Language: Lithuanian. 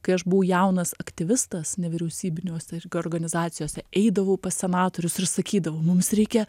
kai aš buvau jaunas aktyvistas nevyriausybinėse organizacijose eidavau pas senatorius ir sakydavau mums reikia